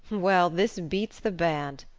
well, this beats the band.